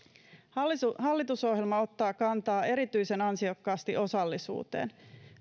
hallitusohjelma ottaa kantaa erityisen ansiokkaasti osallisuuteen